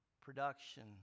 production